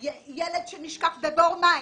יש ילד שנשכח בבור מים,